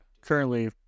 Currently